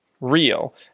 real